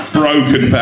broken